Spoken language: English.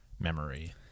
memory